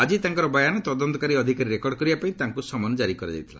ଆଜି ତାଙ୍କର ବୟାନ ତଦନ୍ତକାରୀ ଅଧିକାରୀ ରେକର୍ଡ଼ କରିବାପାଇଁ ତାଙ୍କୁ ସମନ ଜାରି କରାଯାଇଥିଲା